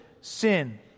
sin